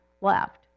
left